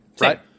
right